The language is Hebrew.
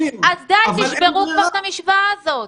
--- אז די, תשברו את המשוואה הזאת.